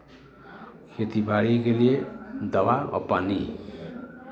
खेती बाड़ी के लिए दवा और पानी